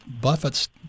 Buffett's